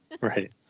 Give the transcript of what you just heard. Right